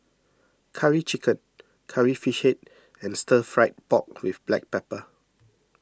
Curry Chicken Curry Fish Head and Stir Fried Pork with Black Pepper